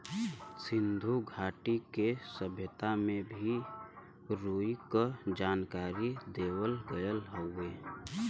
सिन्धु घाटी के सभ्यता में भी रुई क जानकारी देवल गयल हउवे